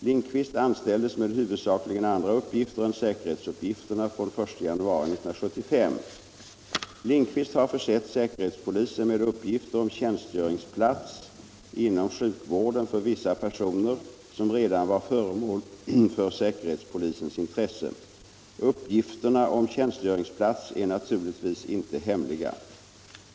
Lindqvist anställdes med huvudsakligen andra uppgifter än säkerhetsuppgifterna från den 1 januari 1975. Lindqvist har försett säkerhetspolisen med uppgifter om tjänstgöringsplats inom sjukvården för vissa personer som redan var föremål för säkerhetspolisens intresse. Uppgifterna om tjänstgöringsplats är naturligtvis inte hemliga.